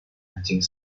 anjing